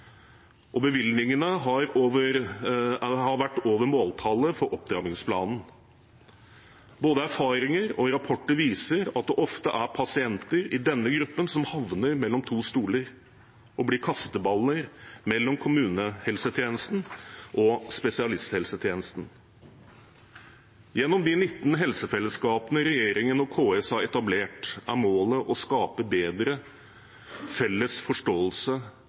og bevilgningene har vært over måltallet for opptrappingsplanen. Både erfaringer og rapporter viser at det ofte er pasienter i denne gruppen som havner mellom to stoler og blir kasteballer mellom kommunehelsetjenesten og spesialisthelsetjenesten. Gjennom de 19 helsefellesskapene regjeringen og KS har etablert, er målet å skape bedre felles forståelse